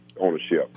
ownership